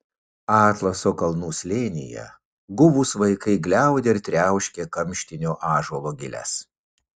atlaso kalnų slėnyje guvūs vaikai gliaudė ir triauškė kamštinio ąžuolo giles